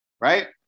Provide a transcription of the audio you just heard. right